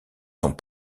sont